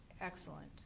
excellent